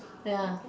ya